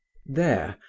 there,